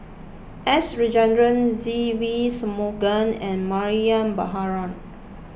S Rajendran Se Ve Shanmugam and Mariam Baharom